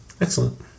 Excellent